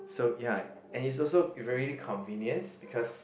so ya and it's also really convenience because